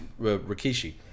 Rikishi